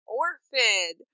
orphan